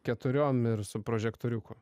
keturiom ir su prožektoriumi